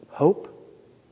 Hope